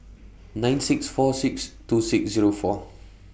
nine six four six two six Zero four